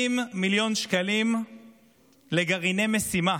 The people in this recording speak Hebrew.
70 מיליון שקלים לגרעיני משימה.